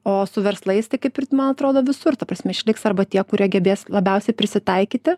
o su verslais tai kaip ir man atrodo visur ta prasme išliks arba tie kurie gebės labiausiai prisitaikyti